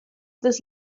this